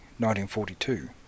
1942